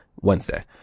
Wednesday